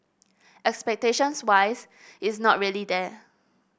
expectations wise it's not really there